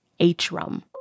HRUM